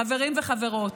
חברים וחברות,